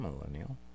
millennial